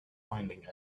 finding